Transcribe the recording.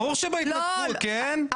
כן.